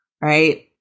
right